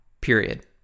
period